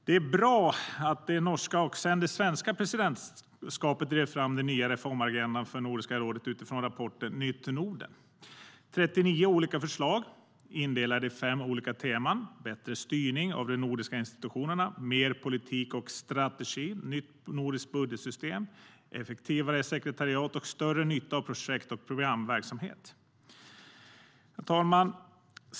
Det är bra att det norska och sedan det svenska presidentskapet drev fram den nya reformagendan för Nordiska rådet utifrån rapporten Nytt Norden . Det är 39 olika förslag indelade i fem olika teman - bättre styrning av de nordiska institutionerna, mer politik och strategi, nytt nordiskt budgetsystem, effektivare sekretariat och större nytta av projekt och programverksamhet. Herr talman!